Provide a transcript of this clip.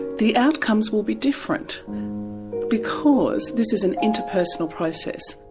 the outcomes will be different because this is an inter-personal process.